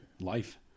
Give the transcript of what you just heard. life